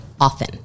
often